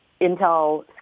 Intel